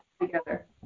together